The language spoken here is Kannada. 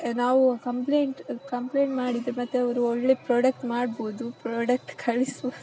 ನಾವು ಕಂಪ್ಲೇಂಟ್ ಕಂಪ್ಲೇಂಟ್ ಮಾಡಿದರೆ ಮತ್ತೆ ಅವರು ಒಳ್ಳೆ ಪ್ರಾಡಕ್ಟ್ ಮಾಡ್ಬೋದು ಪ್ರಾಡಕ್ಟ್ ಕಳಿಸ್ಬೋದು